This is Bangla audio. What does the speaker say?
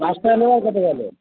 পাঁচটায় লেবার কতো গেলো